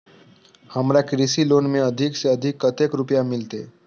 हमरा कृषि लोन में अधिक से अधिक कतेक रुपया मिलते?